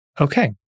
Okay